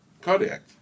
Cardiac